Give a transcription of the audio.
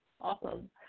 Awesome